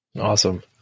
Awesome